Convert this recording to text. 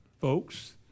folks